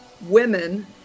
women